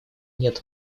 нет